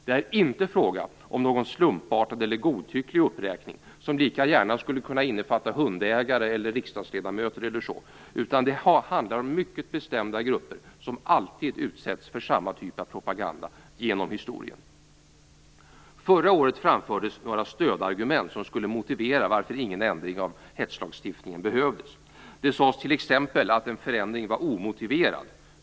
Det är inte fråga om någon slumpartad eller godtycklig uppräkning, som lika gärna skulle kunna innefatta hundägare eller riksdagsledamöter, utan det handlar om mycket bestämda grupper som genom historien alltid utsätts för samma typ av propaganda. Förra året framfördes några stödargument som skulle motivera varför ingen ändring av hetslagstiftningen behövdes. Det sades t.ex. att en förändring var omotiverad.